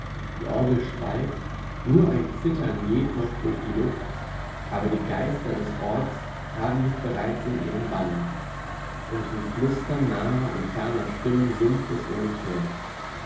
die orgel schweigt nur ein zittern geht noch durch die luft aber die geister des orts haben mich bereits in ihrem bann und wie flüstern naher und ferner stimmen summt es um mich her